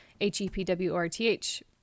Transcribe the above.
H-E-P-W-O-R-T-H